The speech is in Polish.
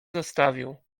zostawił